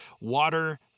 water